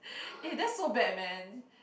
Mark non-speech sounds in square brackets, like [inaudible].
[breath] that's so bad man